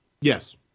Yes